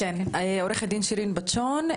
עו"ד שירין בטשון,